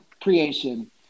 creation